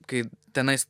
kai tenais